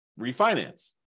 refinance